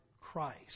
Christ